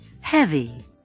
heavy